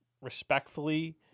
respectfully